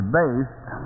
based